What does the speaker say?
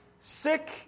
sick